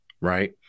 right